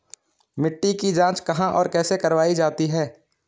मिट्टी की जाँच कहाँ और कैसे करवायी जाती है?